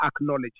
acknowledge